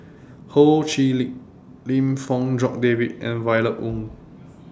Ho Chee Lick Lim Fong Jock David and Violet Oon